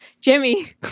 Jimmy